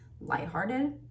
lighthearted